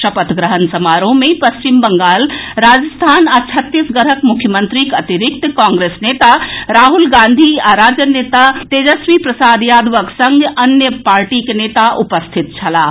शपथ ग्रहण समारोह मे पश्चिम बंगाल राजस्थान आ छत्तीसगढ़क मुख्यमंत्रीक अतिरिक्त कांग्रेस नेता राहुल गांधी आ राजद नेता तेजस्वी प्रसाद यादवक संग अन्य पार्टीक नेता उपस्थित छलाह